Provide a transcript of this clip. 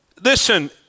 listen